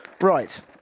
Right